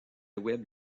web